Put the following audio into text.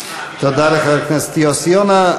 שמע, המשטרה, תודה לחבר הכנסת יוסי יונה.